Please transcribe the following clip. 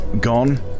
gone